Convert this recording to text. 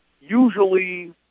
Usually